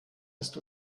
ist